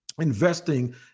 Investing